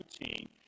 routine